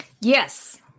Yes